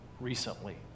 recently